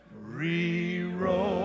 rewrote